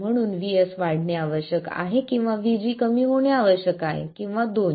म्हणून VS वाढणे आवश्यक आहे किंवा VG कमी होणे आवश्यक आहे किंवा दोन्ही